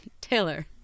Taylor